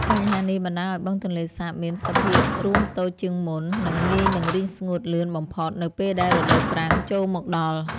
បញ្ហានេះបណ្តាលឱ្យបឹងទន្លេសាបមានសភាពរួមតូចជាងមុន និង ងាយនឹងរីងស្ងួតលឿនបំផុតនៅពេលដែលរដូវប្រាំងចូលមកដល់។